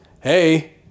hey